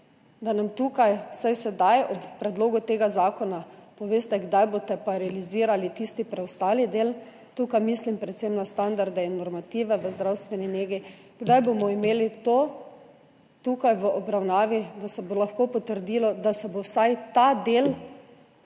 da nam tukaj vsaj sedaj ob predlogu tega zakona poveste, kdaj boste realizirali tisti preostali del, tukaj mislim predvsem na standarde in normative v zdravstveni negi. Kdaj bomo imeli to tukaj v obravnavi, da se bo lahko potrdilo, da se bo vsaj ta del